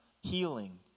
healing